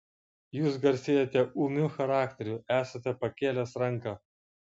jūs garsėjate ūmiu charakteriu esate pakėlęs ranką